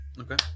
Okay